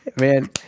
man